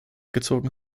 gezogen